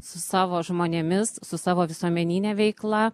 su savo žmonėmis su savo visuomenine veikla